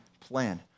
plan